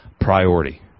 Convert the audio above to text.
priority